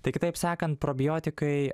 tai kitaip sakant probiotikai